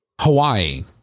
Hawaii